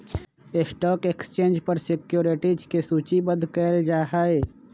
stock exchange पर securities के सूचीबद्ध कयल जाहइ